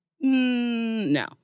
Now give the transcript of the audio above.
No